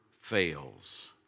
fails